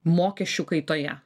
mokesčių kaitoje